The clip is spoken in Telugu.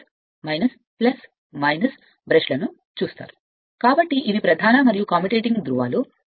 కాబట్టి మీరు పిలిచేది ఇదే మీరు ప్రధాన మరియు ప్రయాణించే ధ్రువాలను పిలుస్తారు